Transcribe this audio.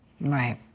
Right